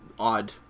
odd